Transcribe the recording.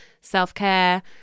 self-care